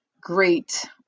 great